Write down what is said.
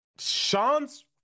Sean's